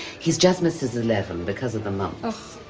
he's just missed his eleven because of the month. ugh.